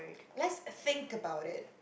lets think about it